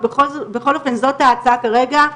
ובכל אופן זאת ההצעה כרגע,